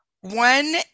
one